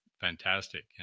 fantastic